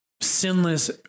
sinless